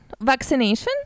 Vaccination